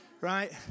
right